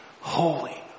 holy